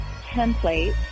template